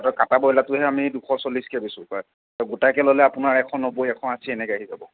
আৰু কাটা ব্ৰইলাৰটোহে আমি দুশ চল্লিছকৈ বেচোঁ গোটাকৈ ল'লে আপোনাৰ এশ নব্বৈ এশ আশী এনেকৈ আহি যাব